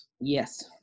Yes